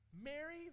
Mary